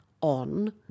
on